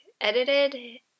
edited